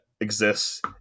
exists